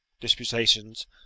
Disputations